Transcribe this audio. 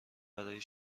برای